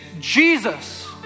Jesus